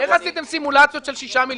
אחרת, איך עשיתם סימולציות של 6 מיליארד?